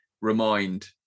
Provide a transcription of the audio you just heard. remind